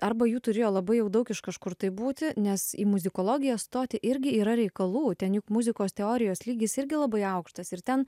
arba jų turėjo labai jau daug iš kažkur tai būti nes į muzikologiją stoti irgi yra reikalų ten juk muzikos teorijos lygis irgi labai aukštas ir ten